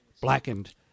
blackened